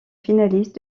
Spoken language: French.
finaliste